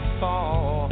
fall